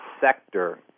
sector